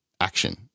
action